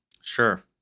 Sure